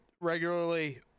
regularly